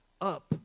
up